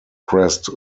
crest